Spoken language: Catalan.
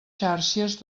xàrcies